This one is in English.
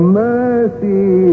mercy